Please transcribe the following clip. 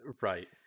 right